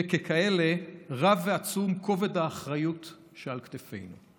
וככאלה, רב ועצום כובד האחריות שעל כתפינו.